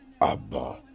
Abba